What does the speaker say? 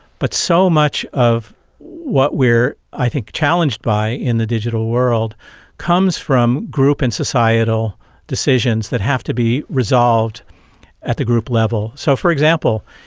but so much of what we are i think challenged by in the digital world comes from group and societal decisions that have to be resolved at the group level. so, for example,